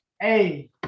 hey